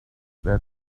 that